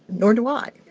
nor do i.